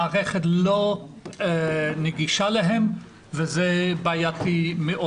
המערכת לא נגישה להם וזה בעייתי מאוד.